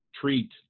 treat